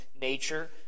nature